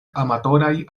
amatoraj